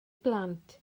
blant